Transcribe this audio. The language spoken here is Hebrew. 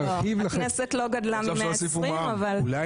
הכנסת לא גדלה מ-120, אבל --- אולי